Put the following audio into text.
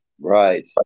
Right